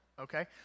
okay